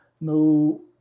no